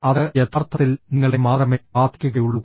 അത് യഥാർത്ഥത്തിൽ നിങ്ങളെ മാത്രമേ ബാധിക്കുകയുള്ളൂ